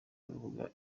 urubuga